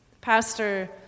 pastor